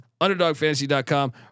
UnderdogFantasy.com